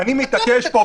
למה אתה מתעקש על זה?